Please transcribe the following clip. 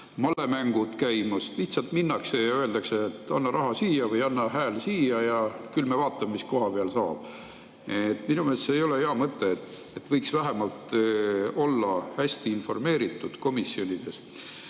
malemängud käimas, lihtsalt minnakse ja öeldakse, et anna raha siia või anna hääl siia ja küll me vaatame, mis kohapeal saab. Minu meelest see ei ole hea mõte. Võiks vähemalt olla hästi informeeritud komisjonides.